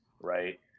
right